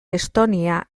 estonia